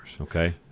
Okay